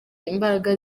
imbaraga